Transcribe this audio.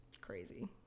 Crazy